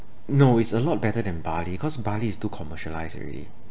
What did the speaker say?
no it's a lot better than Bali cause Bali is too commercialised already